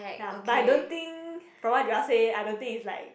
ya but I don't think from what Joel say I don't think it's like